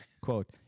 Quote